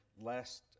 last